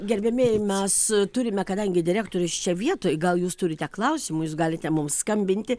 gerbiamieji mes turime kadangi direktorius čia vietoj gal jūs turite klausimų jūs galite mums skambinti